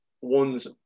ones